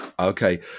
Okay